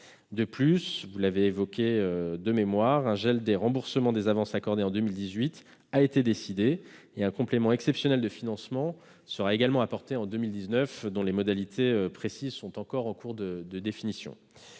sur le court terme. De plus, un gel des remboursements des avances accordées en 2018 a été décidé et un complément exceptionnel de financement sera apporté en 2019, dont les modalités précises sont en cours de définition.